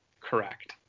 Correct